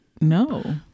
no